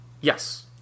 Yes